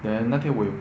then 那天我有